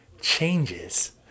changes